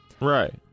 Right